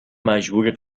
مجبوری